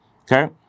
okay